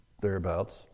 thereabouts